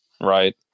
Right